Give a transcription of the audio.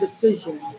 decision